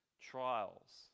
trials